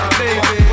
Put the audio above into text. baby